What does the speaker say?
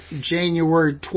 January